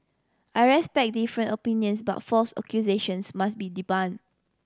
I respect different opinions but false accusations must be debunk